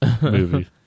movies